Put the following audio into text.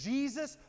Jesus